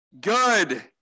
good